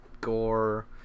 gore